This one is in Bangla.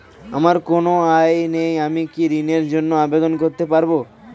আমার কোনো আয় নেই আমি কি ঋণের জন্য আবেদন করতে পারব?